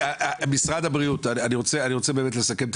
משרד הבריאות - אני רוצה באמת לסכם את